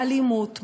באלימות,